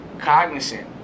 cognizant